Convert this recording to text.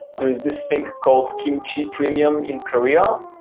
there is this thing called kimchi premium in korea.